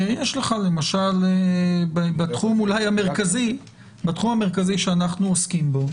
יש לך, למשל, בתחום המרכזי שאנחנו עוסקים בו.